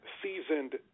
seasoned